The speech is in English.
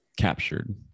captured